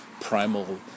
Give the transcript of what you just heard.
primal